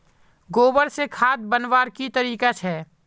गोबर से खाद बनवार की तरीका छे?